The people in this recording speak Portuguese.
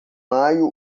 maio